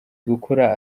gukura